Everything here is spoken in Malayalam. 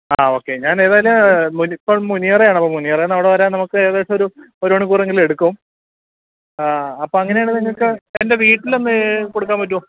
ആ ഓക്കെ ഞാൻ ഏതായാലും മുനിയറ ഇപ്പം മുനിയറയാണ് അപ്പം മുനിയറേന്നവിടെ വരാന് നമുക്ക് ഏകദേശം ഒരു ഒരു മണിക്കൂറെങ്കിലും എടുക്കും അപ്പം അങ്ങനാണേല് നിങ്ങൾക്ക് എന്റെ വീട്ടിലൊന്ന് കൊടുക്കാന് പറ്റുമോ